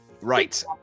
Right